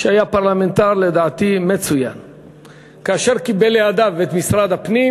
שהיה פרלמנטר מצוין לדעתי כאשר הוא קיבל לידיו את משרד הפנים,